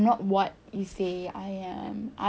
I think I never think of what you